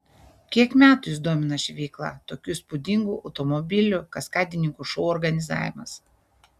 kiek metų jus domina ši veikla tokių įspūdingų automobilių kaskadininkų šou organizavimas